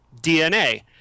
DNA